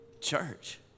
church